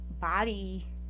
body